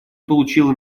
получило